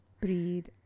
Breathe